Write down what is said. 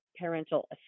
parental